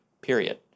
period